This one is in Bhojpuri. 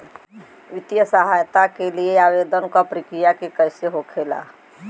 वित्तीय सहायता के लिए आवेदन क प्रक्रिया कैसे होखेला?